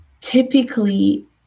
typically